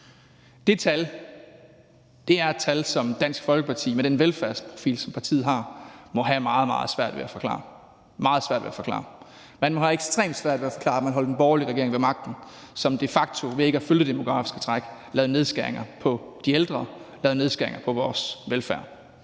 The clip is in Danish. et tal, som Dansk Folkeparti med den velfærdsprofil, som partiet har, må have meget, meget svært ved at forklare. Man må have ekstremt svært ved at forklare, at man holdt den borgerlige regering ved magten, som de facto ved ikke at følge det demografiske træk lavede nedskæringer på de ældre og lavede